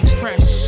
fresh